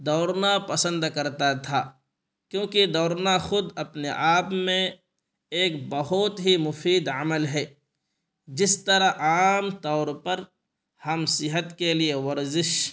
دوڑنا پسند کرتا تھا کیونکہ دوڑنا خود اپنے آپ میں ایک بہت ہی مفید عمل ہے جس طرح عام طور پر ہم صحت کے لیے ورزش